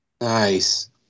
Nice